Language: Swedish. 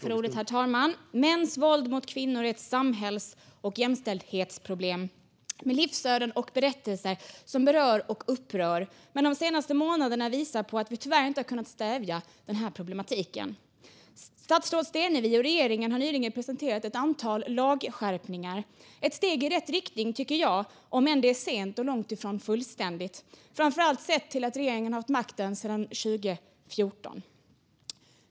Herr talman! Mäns våld mot kvinnor är ett samhälls och jämställdhetsproblem med livsöden och berättelser som berör och upprör. Men de senaste månaderna visar på att vi tyvärr inte har kunnat stävja problemet. Statsrådet Stenevi och regeringen har nyligen presenterat ett antal lagskärpningar. Det är ett steg i rätt riktning, om än sent och långt ifrån fullständigt, framför allt sett till att regeringen har haft makten sedan 2014.